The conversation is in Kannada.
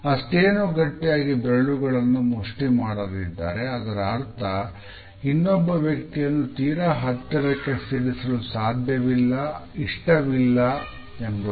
ಅಷ್ಟೇನು ಗಟ್ಟಿಯಾಗಿ ಬೆರಳುಗಳನ್ನು ಮುಷ್ಟಿ ಮಾಡದಿದ್ದರೆ ಅದರ ಅರ್ಥ ಇನ್ನೊಬ್ಬ ವ್ಯಕ್ತಿಯನ್ನು ತೀರಾ ಹತ್ತಿರಕ್ಕೆ ಸೇರಿಸಲು ಇಷ್ಟವಿಲ್ಲ ಎಂಬುದು